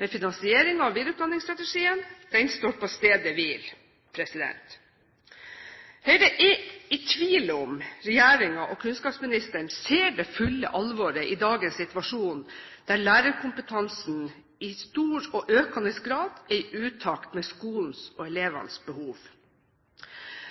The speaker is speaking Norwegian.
men finansiering av videreutdanningsstrategien står på stedet hvil. Høyre er i tvil om regjeringen og kunnskapsministeren ser det fulle alvoret i dagens situasjon, der lærerkompetansen i stor og økende grad er i utakt med skolens og